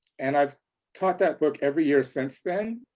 and i've taught that book every year since then,